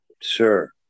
Sure